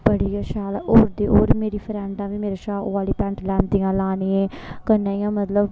बड़ी गै शैल ऐ होर ते होर मेरी फ्रैंडां बी मेरा शा ओह् आह्ली पैंट लैंदियां लाने ई कन्नै गै मतलब